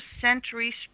century